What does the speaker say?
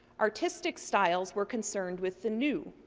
artistic styles were concerned with the new,